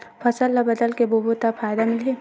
फसल ल बदल के बोबो त फ़ायदा मिलही?